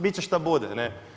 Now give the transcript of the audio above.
Bit će šta bude.